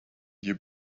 year